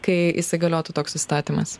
kai įsigaliotų toks įstatymas